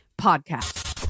podcast